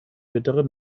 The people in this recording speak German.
bittere